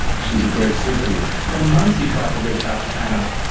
she's a greek cypriot. for months he tried to reach out to anna,